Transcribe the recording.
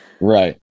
right